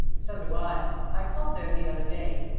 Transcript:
so do i. i called there the other day.